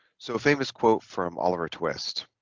so a famous quote from oliver twist